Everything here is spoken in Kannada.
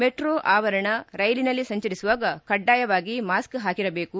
ಮೆಟ್ರೋ ಆವರಣ ರೈಲಿನಲ್ಲಿ ಸಂಚರಿಸುವಾಗ ಕಡ್ಡಾಯವಾಗಿ ಮಾಸ್ಕ್ ಹಾಕಿರಬೇಕು